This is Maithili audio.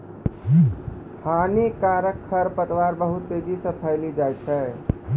हानिकारक खरपतवार बहुत तेजी से फैली जाय छै